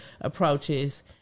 approaches